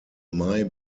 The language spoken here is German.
mai